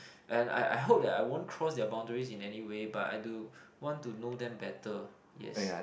and I I hope that I won't cross their boundaries in anyway but I do want to know them better yes